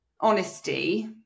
honesty